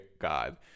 God